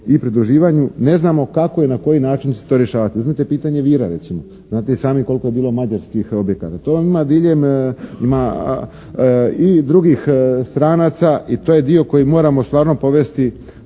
i pridruživanju. Ne znamo kako i na koji način će se to rješavati. Uzmite pitanje Vira, recimo. Znate i sami koliko je bilo mađarskih objekata. To vam ima diljem, ima i drugih stranaca i to je dio koji moramo stvarno povesti